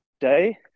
day